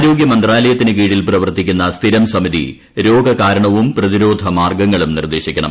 ആരോഗ്യ മന്ത്രാലയത്തിനുകീഴിൽ പ്രവർത്തിക്കുന്ന സ്ഥിരം സമിതി രോഗ കാരണവും പ്രതിരോധ മാർഗങ്ങളും നിർദ്ദേശിക്കണം